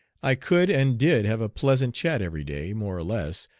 i could and did have a pleasant chat every day, more or less,